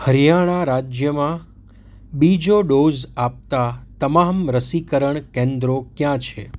હરિયાણા રાજ્યમાં બીજો ડોઝ આપતાં તમામ રસીકરણ કેન્દ્રો ક્યાં છે